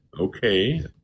Okay